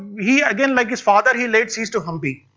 he again like his father he laid seize to hampi.